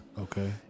Okay